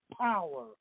power